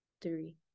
three